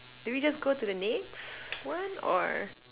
do we just go to the next one or